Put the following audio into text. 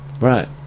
right